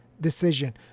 Decision